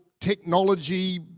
technology